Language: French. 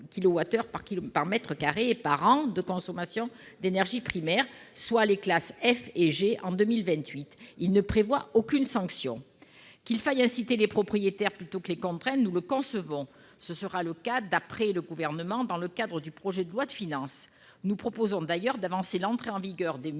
par mètre carré et par an de consommation d'énergie primaire, soit les classes F et G, en 2028. Il ne prévoit aucune sanction. Qu'il faille inciter les propriétaires plutôt que les contraindre, nous le concevons. Ce sera le cas, d'après le Gouvernement, dans le cadre du projet de loi de finances. Nous proposons d'ailleurs d'avancer l'entrée en vigueur des mesures